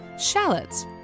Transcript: Shallots